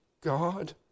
God